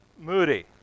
Moody